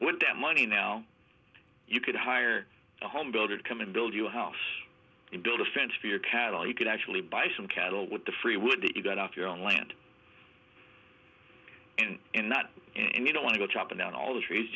with that money now you could hire a home builder to come and build you a house and build a fence for your cattle you could actually buy some cattle with the free wood that you got off your own land and in that and you don't want to go chopping down all the trees